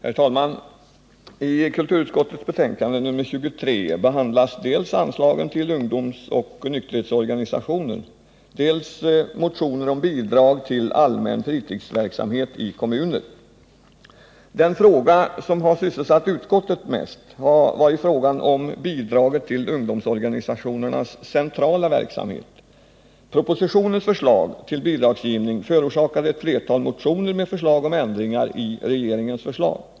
Herr talman! I kulturutskottets betänkande nr 23 behandlas dels anslaget till ungdomsoch nykterhetsorganisationer, dels motioner om bidrag till allmän fritidsverksamhet i kommuner. Den fråga som har sysselsatt utskottet mest har varit frågan om bidragen till ungdomsorganisationernas centrala verksamhet. Propositionens förslag till bidragsgivning förorsakade ett flertal motioner med förslag till ändringar i regeringens förslag.